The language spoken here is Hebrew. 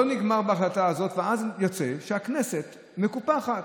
זה לא נגמר בהחלטה הזאת, ואז יוצא שהכנסת מקופחת,